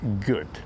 good